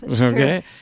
Okay